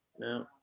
No